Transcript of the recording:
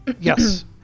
Yes